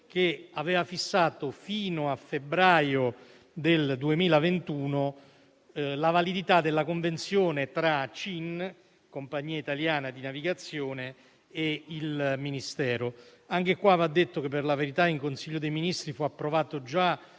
che aveva fissato fino a febbraio 2021 la validità della convenzione tra la Compagnia italiana di navigazione (CIN) e il Ministero. Anche in questo caso va detto che, per la verità, nel Consiglio dei ministri fu approvato già